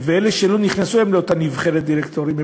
ואלה שלא נכנסו לאותה נבחרת דירקטורים,